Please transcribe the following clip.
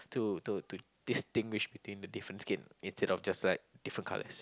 to to to distinguish between the different skin instead of just like different colours